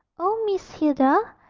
oh, miss hilda,